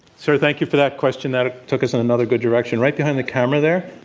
sir, thank you for that question. that ah took us in another good direction. right behind the camera there?